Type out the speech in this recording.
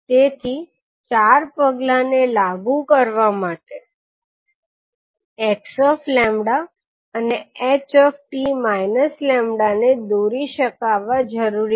તેથી ચાર પગલાંને લાગુ કરવા માટે 𝑥𝜆 અને ℎ 𝑡 𝜆 ને દોરી શકાવા જરૂરી છે